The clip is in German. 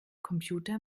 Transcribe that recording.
computer